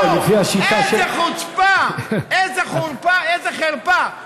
איזו חוצפה, איזו חרפה.